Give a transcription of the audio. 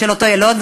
של אותו יילוד.